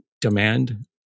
demand